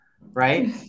Right